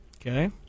Okay